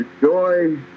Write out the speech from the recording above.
joy